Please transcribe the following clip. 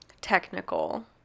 technical